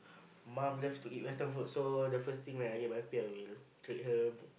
mum love to eat western food so the first thing when I get my pay I will treat her